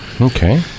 Okay